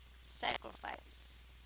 sacrifice